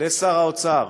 לשר האוצר,